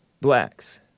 blacks